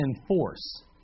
enforce